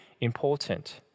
important